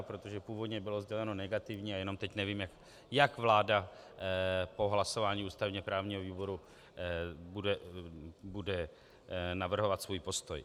Protože původně bylo sděleno negativní, jen teď nevím, jak vláda po hlasování ústavněprávního výboru bude navrhovat svůj postoj.